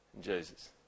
Jesus